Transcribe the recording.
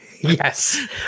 Yes